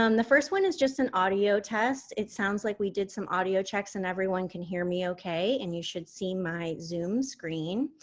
um the first one is just an audio test. it sounds like we did some audio checks, and everyone can hear me okay, and you should see my zoom screen,